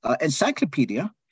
encyclopedia